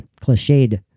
cliched